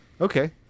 Okay